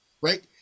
right